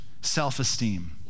self-esteem